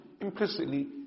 implicitly